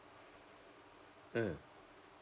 mm